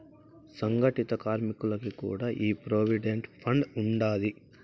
సంగటిత కార్మికులకి కూడా ఈ ప్రోవిడెంట్ ఫండ్ ఉండాది